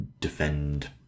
defend